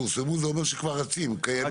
"שפורסמו" זה אומר שהם כבר רצים וקיימים.